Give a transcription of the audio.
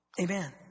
Amen